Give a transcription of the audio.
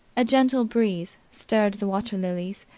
a gentle breeze stirred the water-lilies,